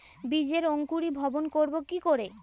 বীজের অঙ্কুরিভবন করব কি করে?